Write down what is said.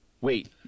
wait